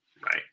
right